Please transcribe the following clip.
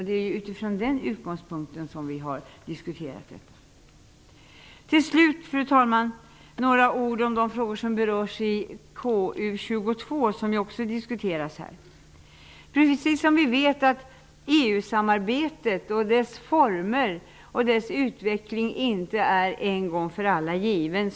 Det är utifrån den utgångspunkten vi har diskutera frågan. Till slut, fru talman, vill jag säga några ord om de frågor som berörs i KU22, som ju också diskuteras här. Vi vet att EU-samarbetet, dess former och dess utveckling inte är en gång för alla givna.